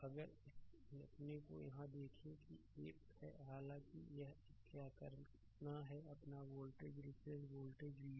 slide समय देखें 2111 तो अगर इस अपने को यहाँ देखें कि यह एक है हालांकि यह क्या करना है अपना वोल्टेज रिफरेंस वोल्टेज v1 है